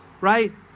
right